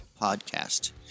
Podcast